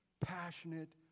passionate